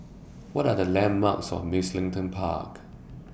What Are The landmarks near Mugliston Park